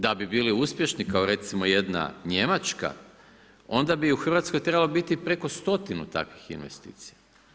Da bi bili uspješni kao recimo jedna Njemačka, onda bi u Hrvatskoj trebalo biti preko stotinu takvih investicija.